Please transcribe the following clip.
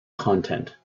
content